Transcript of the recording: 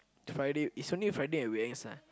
Friday it's only Friday and weekends ah